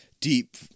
Deep